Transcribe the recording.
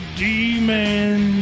demon